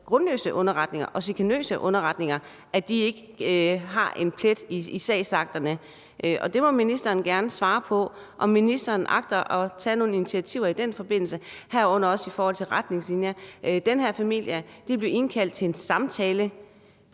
og chikanøse underretninger, ikke har en plet i sagsakterne. Det må ministeren gerne svare på, altså om ministeren agter at tage nogle initiativer i den forbindelse, herunder også i forhold til retningslinjer. Den her familie blev indkaldt til en samtale